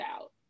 out